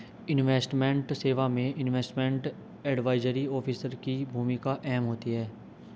investment सेवा में investment advisory officer की भूमिका अहम होती है